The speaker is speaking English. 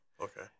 Okay